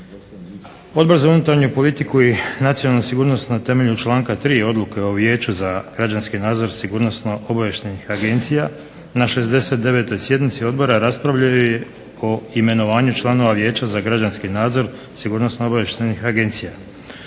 Odbor za unutarnju politiku i nacionalnu sigurnost na temelju članka 3. Odluke o vijeću za građanski nadzor sigurnosno-obavještajnih agencija na 69. Sjednici Odbora raspravljao je o imenovanju članova vijeća za građanski nadzor sigurnosno-obavještajnih agencija.